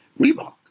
Reebok